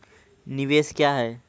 निवेश क्या है?